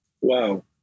wow